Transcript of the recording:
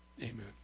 Amen